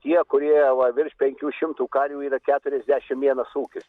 tie kurie va virš penkių šimtų karvių yra keturiasdešimt vienas ūkis